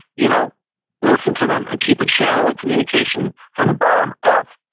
you know listen to them and keep a channel of communication from the bottom up,